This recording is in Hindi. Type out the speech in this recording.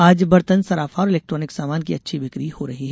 आज बर्तन सराफा और इलेक्ट्रॉनिक सामान की अच्छी बिकी हो रही है